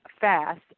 Fast